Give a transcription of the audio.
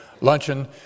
luncheon